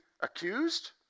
accused